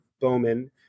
Bowman